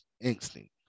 instinct